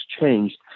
changed